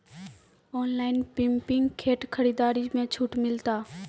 Online pumping set खरीदारी मे छूट मिलता?